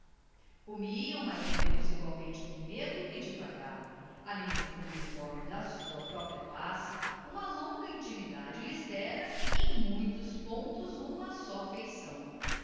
comiam mais ou menos egualmente com medo e devagar além do fundo uniforme da sua própria classe uma longa intimidade lhes dera em muitos pontos uma só feição